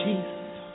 Jesus